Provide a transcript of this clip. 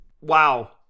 Wow